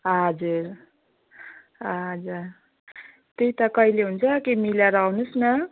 हजुर हजुर त्यही त कहिले हुन्छ के मिलाएर आउनुहोस् न